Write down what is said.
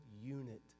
unit